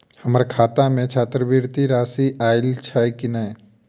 हम्मर खाता मे छात्रवृति राशि आइल छैय की नै?